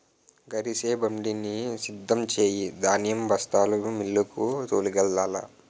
గరిసెబండిని సిద్ధం సెయ్యు ధాన్యం బస్తాలు మిల్లుకు తోలుకెల్లాల